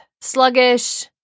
sluggish